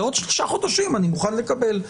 לעוד שלושה חודשים אני מוכן לקבל את המשכו של המצב.